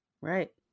Right